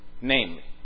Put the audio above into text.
Namely